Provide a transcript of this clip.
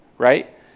right